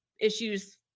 issues